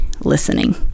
listening